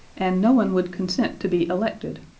and no one would consent to be elected,